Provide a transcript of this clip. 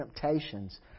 temptations